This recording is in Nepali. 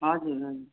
हजुर हजुर